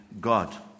God